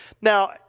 now